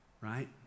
Right